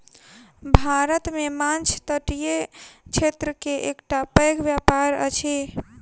भारत मे माँछ तटीय क्षेत्र के एकटा पैघ व्यापार अछि